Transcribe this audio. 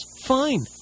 fine